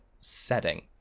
setting